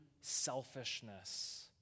selfishness